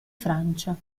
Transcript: francia